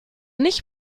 nicht